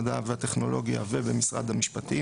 המדע והטכנולוגיה ובמשרד המשפטים,